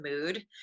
mood